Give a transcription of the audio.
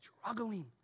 struggling